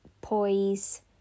poise